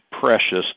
precious